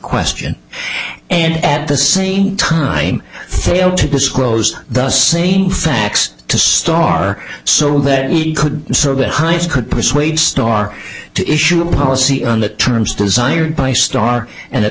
question and at the same time failed to disclose the same facts to star so that he could serve the highest could persuade star to issue a policy on the terms desired by star and at